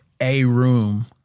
A-room